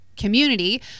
community